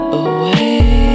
away